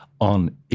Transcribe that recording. on